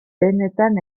benetan